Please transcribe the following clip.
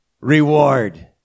reward